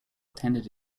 attended